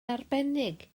arbennig